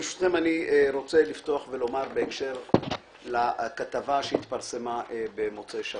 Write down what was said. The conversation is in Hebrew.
ברשותכם אני רוצה לפתוח ולומר בהקשר לכתבה שהתפרסמה במוצאי שבת.